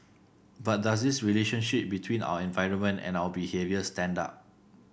but does this relationship between our environment and our behaviour stand up